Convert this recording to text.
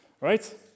right